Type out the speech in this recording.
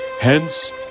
Hence